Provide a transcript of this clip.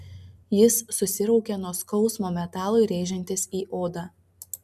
jis susiraukė nuo skausmo metalui rėžiantis į odą